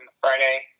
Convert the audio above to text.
Friday